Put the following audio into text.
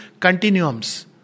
continuums